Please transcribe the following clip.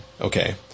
Okay